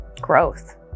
growth